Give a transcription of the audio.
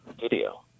Video